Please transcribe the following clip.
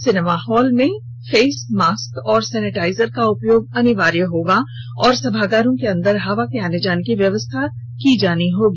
cinema hall में face masks और sanitiser का का उपयोग अनिवार्य होगा और सभागारों के अंदर हवा के आने जाने की व्यवस्था की जाएगी